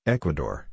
Ecuador